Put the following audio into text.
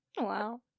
Wow